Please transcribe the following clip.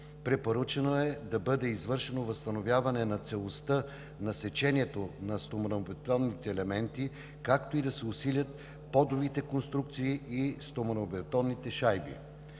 Препоръчано е да бъде извършено възстановяване на целостта на сечението на стоманобетонните елементи, както и да се усилят подовите конструкции и стоманобетонните шайби.